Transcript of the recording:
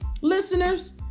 Listeners